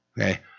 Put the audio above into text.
okay